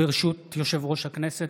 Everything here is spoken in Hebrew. ברשות יושב-ראש הכנסת,